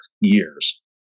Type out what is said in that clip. years